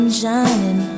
shining